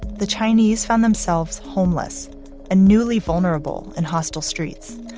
the chinese found themselves homeless and newly vulnerable in hostile streets,